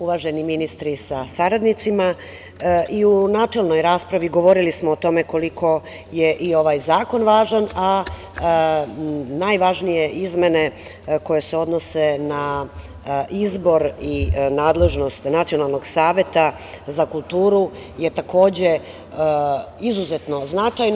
Uvaženi ministri sa saradnicima, i u načelnoj raspravi govorili smo o tome koliko je i ovaj zakon važan, a najvažnije izmene koje se odnose na izbor i nadležnost Nacionalnog saveta za kulturu je, takođe, izuzetno značajno.